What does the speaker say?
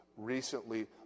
recently